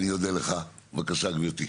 בבקשה, גבירתי.